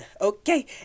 okay